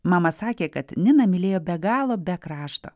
mama sakė kad niną mylėjo be galo be krašto